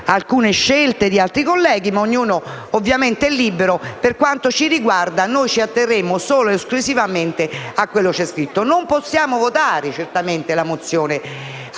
alcune scelte di altri colleghi, ma ognuno ovviamente è libero. Per quanto ci riguarda, ci atterremo solo ed esclusivamente a quanto c'è scritto. Non possiamo certamente votare la mozione